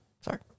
sorry